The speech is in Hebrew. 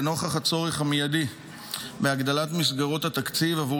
ונוכח הצורך המיידי בהגדלת מסגרות התקציב עבור